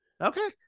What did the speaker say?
Okay